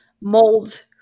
molds